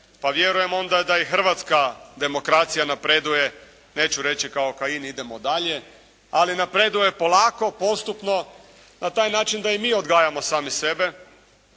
Pa vjerujem onda da i hrvatska demokracija napreduje, neću reći kao Kajin idemo dalje ali napreduje polako, postupno na taj način da i mi odgajamo sami sebe